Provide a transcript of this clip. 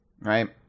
Right